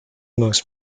most